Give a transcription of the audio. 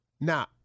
Now